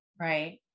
Right